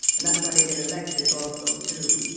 and that's why they get elected also, too,